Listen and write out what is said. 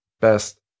best